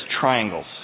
Triangles